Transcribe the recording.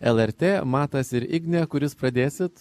lrt matas ir igne kuris pradėsit